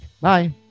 Bye